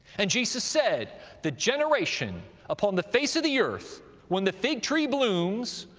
and jesus said the generation upon the face of the earth when the fig tree blooms,